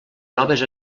noves